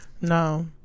No